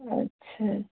अच्छा अच्छा